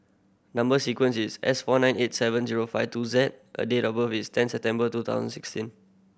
number sequence is S four nine eight seven zero five two Z and date of birth is ten September two thousand sixteen